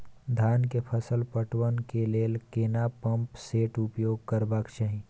धान के फसल पटवन के लेल केना पंप सेट उपयोग करबाक चाही?